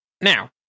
Now